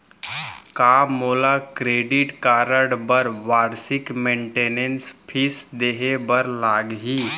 का मोला credit card बर वार्षिक मेंटेनेंस फीस देहे बर लागही?